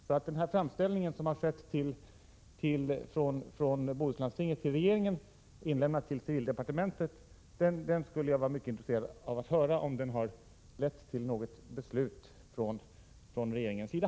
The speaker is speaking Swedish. Jag skulle alltså vara intresserad av att få veta om framställningen från Bohuslandstinget till regeringen, inlämnad till civildepartementet, lett till något beslut från regeringens sida.